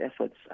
efforts